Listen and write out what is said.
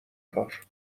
کار